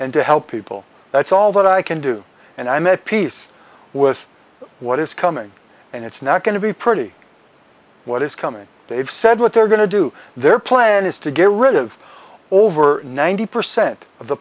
and to help people that's all that i can do and i met peace with what is coming and it's not going to be pretty what is coming they've said what they're going to do their plan is to get rid of all over ninety percent